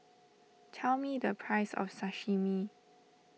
tell me the price of Sashimi